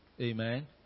Amen